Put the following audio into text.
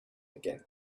again